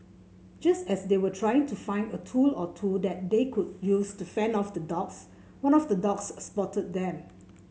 just as they were trying to find a tool or two that they could use to fend off the dogs one of the dogs spotted them